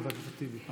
חבר הכנסת טיבי.